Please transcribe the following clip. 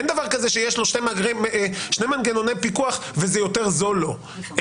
אין דבר כזה שיש לו שני מנגנוני פיקוח וזה יותר זול לו,